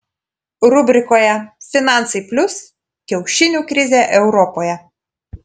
rubrikoje finansai plius kiaušinių krizė europoje